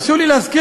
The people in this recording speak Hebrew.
החוק.